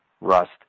rust